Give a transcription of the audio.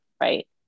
right